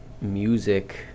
music